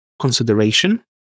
consideration